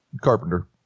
Carpenter